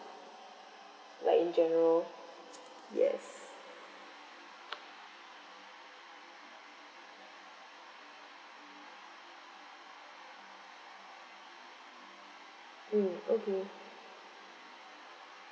like in general yes mm okay